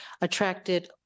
attracted